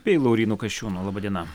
bei laurynu kasčiūnu laba diena